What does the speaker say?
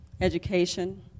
education